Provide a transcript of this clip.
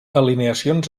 alineacions